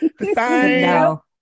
No